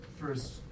First